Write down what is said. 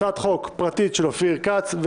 הצעת חוק פרטית של אופיר כץ,